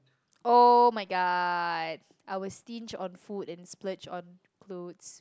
oh-my-god I will stinge on food and splurge on clothes